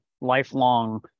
lifelong